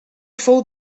fou